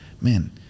man